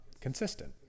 consistent